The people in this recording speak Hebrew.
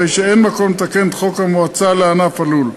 הרי שאין מקום לתקן את חוק המועצה לענף הלול.